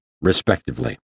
respectively